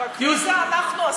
רק מי זה "אנחנו"?